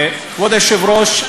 כבוד היושב-ראש,